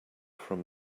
from